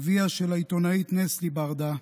אביה של העיתונאית נסלי ברדה,